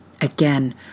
Again